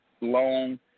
long